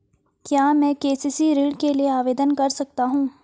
क्या मैं के.सी.सी ऋण के लिए आवेदन कर सकता हूँ?